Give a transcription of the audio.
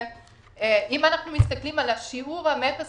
אם אנחנו מסתכלים על שיעור המכס